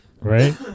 Right